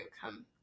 come